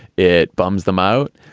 it bums them out.